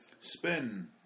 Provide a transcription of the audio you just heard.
Spin